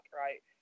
right